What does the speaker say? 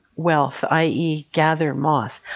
wealth, i e. gather moss.